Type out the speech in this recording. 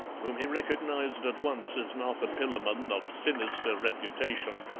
whom he recognized at once as martha pillamon, of sinister reputation,